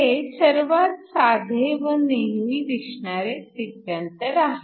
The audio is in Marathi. हे सर्वात साधे व नेहमी दिसणारे स्थित्यंतर आहे